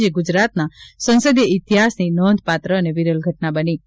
જે ગુજરાતના સંસદીય ઇતિહાસની નોંધપાત્ર અને વિરલ ઘટના બની છે